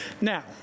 Now